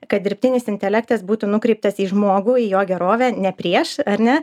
kad dirbtinis intelektas būtų nukreiptas į žmogų į jo gerovę ne prieš ar ne